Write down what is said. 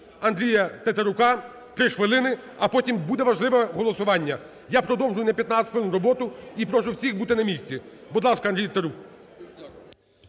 Андрія Тетерука 3 хвилини, а потім буде важливе голосування. Я продовжую на 15 хвилин роботу і прошу всіх бути на місці. Будь ласка, Андрій Тетерук.